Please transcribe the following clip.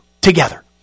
Together